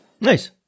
Nice